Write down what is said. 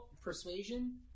Persuasion